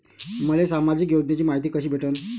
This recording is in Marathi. मले सामाजिक योजनेची मायती कशी भेटन?